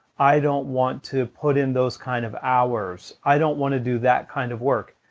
i don't want to put in those kind of hours, i don't want to do that kind of work,